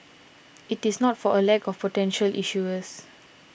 it is not for a lack of potential issuers